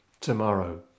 tomorrow